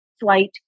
flight